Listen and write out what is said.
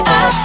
up